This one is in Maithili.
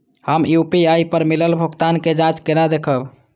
हम यू.पी.आई पर मिलल भुगतान के जाँच केना देखब?